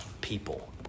people